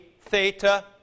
theta